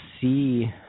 see